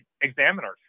examiners